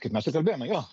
kaip mes ir kalbėjome jo